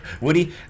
woody